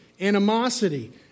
animosity